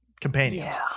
companions